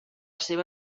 seva